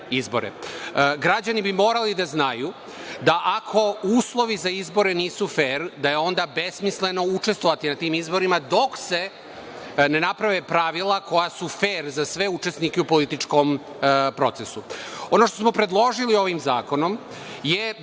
Građani bi morali da znaju da ako uslovi za izbore nisu fer, da je onda besmisleno učestvovati na tim izborima dok se ne naprave pravila koja su fer za sve učesnike u političkom procesu. Ono što smo predložili ovim zakonom je